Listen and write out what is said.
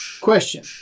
Question